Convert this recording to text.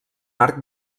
arc